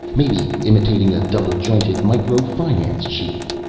maybe imitating a double-jointed micro finance chief?